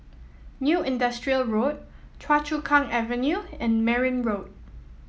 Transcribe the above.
New Industrial Road Choa Chu Kang Avenue and Merryn Road